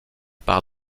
par